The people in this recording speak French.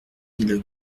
mille